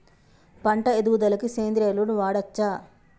పంట ఎదుగుదలకి సేంద్రీయ ఎరువులు వాడచ్చా?